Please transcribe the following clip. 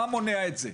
מה מונע את זה?